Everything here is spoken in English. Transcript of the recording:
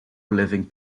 living